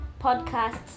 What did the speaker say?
podcasts